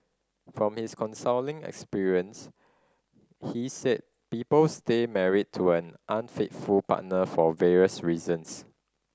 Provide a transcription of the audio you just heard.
from his counselling experience he said people stay married to an unfaithful partner for various reasons